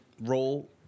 role